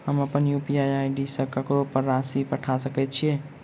हम अप्पन UPI ID सँ ककरो पर राशि पठा सकैत छीयैन?